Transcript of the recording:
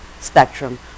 spectrum